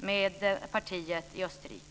med partiet i Österrike?